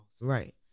Right